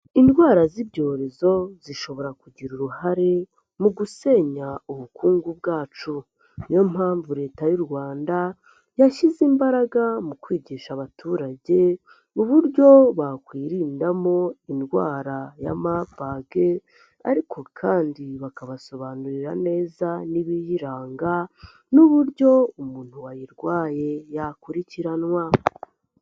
Indwara z'ibyorezo zishobora kugira uruhare mu gusenya ubukungu bwacu. Ni yo mpamvu Leta y'u Rwanda yashyize imbaraga mu kwigisha abaturage uburyo bakwirindamo indwara ya Marburg, ariko kandi bakabasobanurira neza n'ibiyiranga n'uburyo umuntu wayirwaye yakurikiranwa.